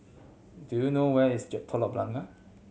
do you know where is Telok Blangah